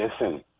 Listen